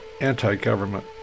Anti-government